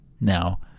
Now